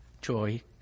joy